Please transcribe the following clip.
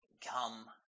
come